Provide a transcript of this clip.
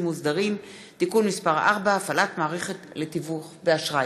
מוסדרים) (תיקון מס' 4) (הפעלת מערכת לתיווך באשראי).